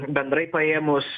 bendrai paėmus